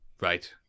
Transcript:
Right